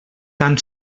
tan